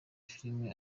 filimi